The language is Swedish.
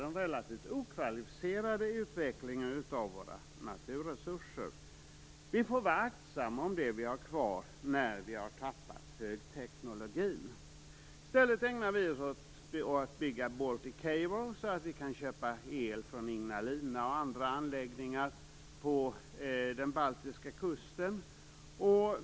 Det är en relativt okvalificerad utveckling av våra naturresurser. Vi får vara aktsamma om det vi har kvar när vi har tappat högteknologin. I stället ägnar vi oss åt att bygga Baltic Cable, så att vi kan köpa el från Ignalina och andra anläggningar på den baltiska kusten.